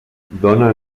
dona